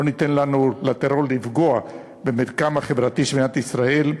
לא ניתן לטרור לפגוע במרקם החברתי של מדינת ישראל.